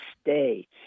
stay